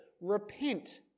Repent